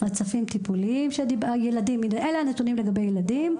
הנה, אלה הנתונים לגבי ילדים.